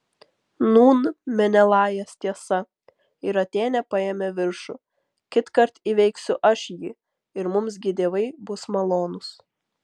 nūn menelajas tiesa ir atėnė paėmė viršų kitkart įveiksiu aš jį ir mums gi dievai bus malonūs